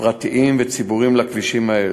פרטיים וציבוריים לכבישים האלו.